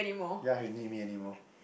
ya she didn't need me anymore